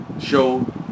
show